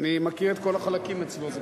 אני מכיר את כל החלקים אצלו.